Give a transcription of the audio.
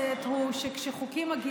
המציאות כיום היא שחברות ללא רישיון למערכות